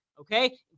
okay